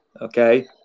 Okay